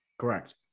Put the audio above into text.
Correct